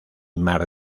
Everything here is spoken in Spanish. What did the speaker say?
mar